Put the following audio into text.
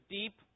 deep